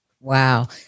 Wow